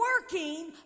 working